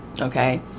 okay